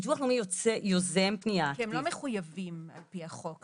ביטוח לאומי יוזם פנייה --- כי הם לא מחויבים על פי החוק,